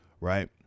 right